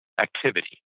activity